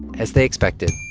as they expected,